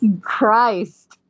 Christ